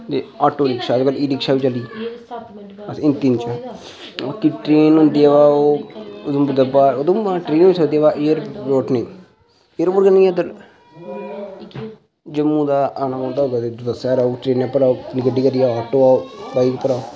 एह् auto rickshaw e rickshaw बी चली दी हिंदी बिच बाकी ट्रेन होंदी बा ओह् उधमपुर दे बाहर उधमपुर दा ट्रेन होई सकदी बा एयरपोर्ट नेईं ऐ इद्धर जम्मू दा आना होंदा होगा तां बस्सा पर आओ ट्रेनां पर आओ अपनी गड्डी करिये आओ बाइक पर आओ